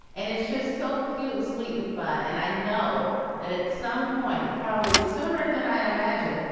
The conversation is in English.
and it's just so cute and sweet and fun. and i know that at some point, probably sooner than i'd imagine,